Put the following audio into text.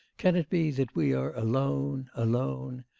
can it be that we are alone. alone.